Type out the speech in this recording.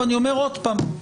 ואני אומר עוד פעם,